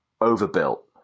overbuilt